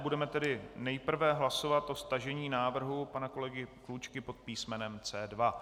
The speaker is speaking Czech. Budeme tedy nejprve hlasovat o stažení návrhu pana kolegy Klučky pod písmenem C2.